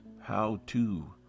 how-to